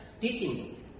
teachings